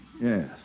Yes